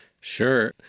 Sure